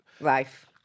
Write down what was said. life